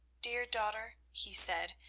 dear daughter, he said,